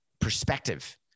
perspective